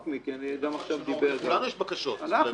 גם לנו יש בקשות לוועדת ההסכמות.